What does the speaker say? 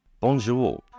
Bonjour